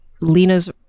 Lena's